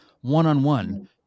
One-on-one